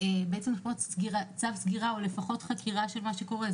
צו סגירה או לפחות חקירה של מה שקורה.